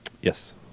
Yes